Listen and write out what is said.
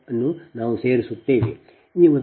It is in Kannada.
0375 ನಾವು ಅದನ್ನು ಸೇರಿಸುತ್ತೇವೆ